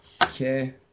Okay